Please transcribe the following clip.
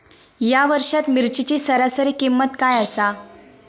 या वर्षात मिरचीची सरासरी किंमत काय आसा?